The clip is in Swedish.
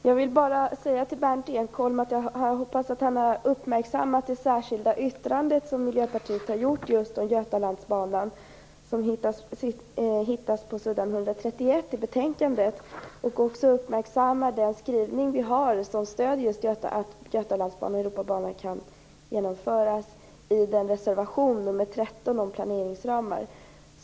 Fru talman! Jag vill bara säga till Berndt Ekholm att jag hoppas att han har uppmärksammat det särskilda yttrandet från Miljöpartiet om just Götalandsbanan. Det hittas på s. 131 i betänkandet. Jag hoppas att han också uppmärksammar den skrivning som stöder en utbyggnad av Götalandsbanan och Europabanan i reservation nr 13, om planeringsramar.